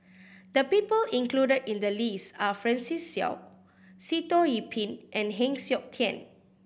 the people included in the list are Francis Seow Sitoh Yih Pin and Heng Siok Tian